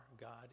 God